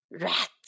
Rat